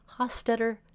Hostetter